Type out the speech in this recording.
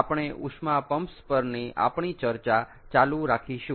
આપણે ઉષ્મા પમ્પ્સ પરની આપણી ચર્ચા ચાલુ રાખીશું